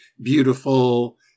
beautiful